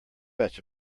batch